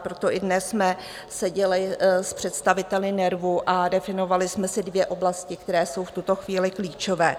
Proto i dnes jsme seděli s představiteli NERVu a definovali jsme si dvě oblasti, které jsou v tuto chvíli klíčové.